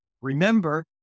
Remember